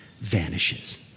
vanishes